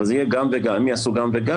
אבל זה יהיה גם וגם, יהיה גם וגם